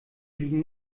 liegen